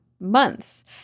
months